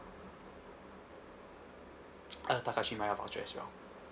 uh Takashimaya voucher as well